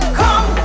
come